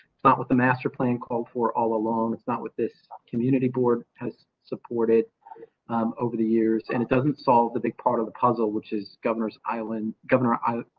not with a master plan call for all along. it's not with this community board has supported um over the years and it doesn't solve the big part of the puzzle, which is governor's island, governor,